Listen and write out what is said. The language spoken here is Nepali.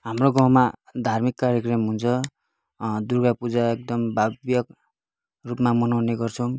हाम्रो गाउँमा धार्मिक कार्यक्रम हुन्छ दुर्गा पूजा एकदम भव्य रूपमा मनाउने गर्छौँ